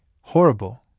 horrible